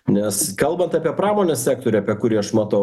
nes kalbant apie pramonės sektorių apie kurį aš matau